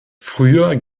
früher